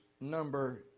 number